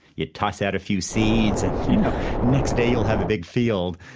you toss out a few seeds and next day you'll have a big field.